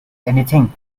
anything